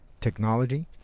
technology